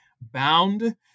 Bound